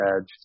edge